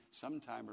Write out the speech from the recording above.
sometime